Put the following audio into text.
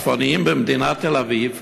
הצפוניים במדינת תל-אביב